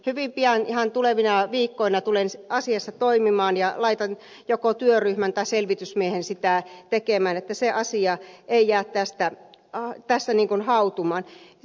hyvin pian ihan tulevina viikkoina tulen asiassa toimimaan ja laitan joko työryhmän tai selvitysmiehen sitä tekemään niin että se asia ei jää tässä hautumaan